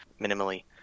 minimally